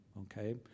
Okay